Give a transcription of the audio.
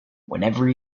whenever